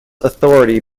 authority